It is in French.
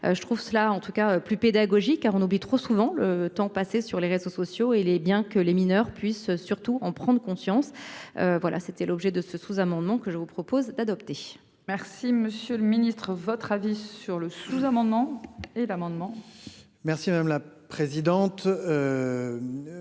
je trouve cela en tout cas plus pédagogique car on oublie trop souvent, le temps passé sur les réseaux sociaux et les biens que les mineurs puissent surtout en prendre conscience. Voilà, c'était l'objet de ce sous-amendement que je vous propose d'adopter. Merci Monsieur le Ministre, votre avis sur le sous-amendement et l'amendement. Merci madame la présidente.